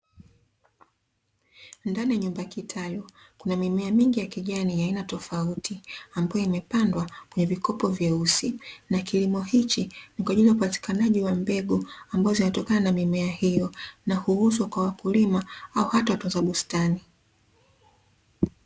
Ndani ya nyumba kitalu kuna mimea mingj ya kijani ya aina tofauti, ambayo Imepandwa kwenye vikopo vyeusi na kilimo hiki ni kwa ajili ya upatikanaji wa mbegu ambazo zinatokana na mimea hiyo na huuzwa kwa wakulima au hata watunza bustani